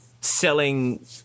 selling